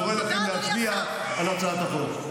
אני קורא לכם להצביע בעד הצעת החוק.